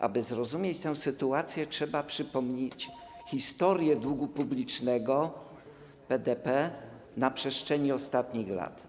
Aby zrozumieć tę sytuację, trzeba przypomnieć historię długu publicznego PDP na przestrzeni ostatnich lat.